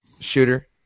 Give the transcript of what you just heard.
shooter